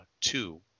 two